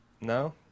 No